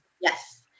Yes